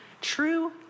True